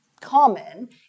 common